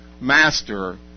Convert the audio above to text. Master